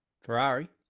Ferrari